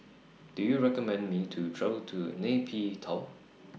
Do YOU recommend Me to travel to Nay Pyi Taw